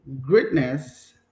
Greatness